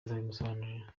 nzisobanura